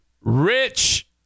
Rich